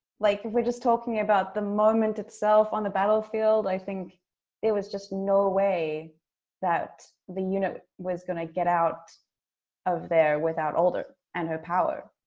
like we're just talking about the moment itself on the battlefield. i think there was just no way that the unit was going to get out of there without alder and her power.